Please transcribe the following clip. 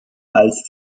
als